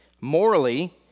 Morally